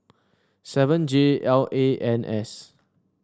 seven J L A N S